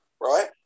right